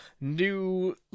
new